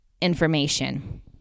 information